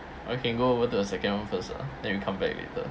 I can go over the second [one] first lah then we come back later